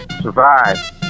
survive